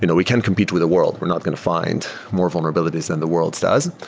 you know we can't compete with the world. we're not going to find more vulnerabilities than the world does.